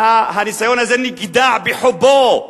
הניסיון הזה נגדע באבו,